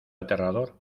aterrador